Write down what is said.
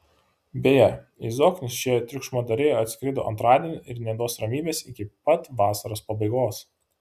beje į zoknius šie triukšmadariai atskrido antradienį ir neduos ramybės iki pat vasaros pabaigos